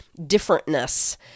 differentness